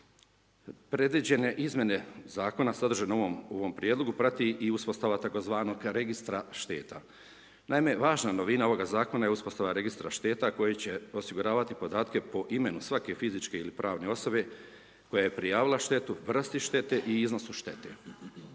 Predviđene izmjene zakona sadržane u ovom prijedlogu prati i uspostava tzv. registra šteta. Naime, važna novina ovoga zakona je uspostava registra šteta koji će osiguravati podatke po imenu svake fizičke ili pravne osobe koja je prijavila štetu, vrsti štete i iznosu štete.